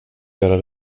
göra